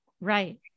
Right